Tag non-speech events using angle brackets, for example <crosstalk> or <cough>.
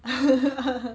<noise>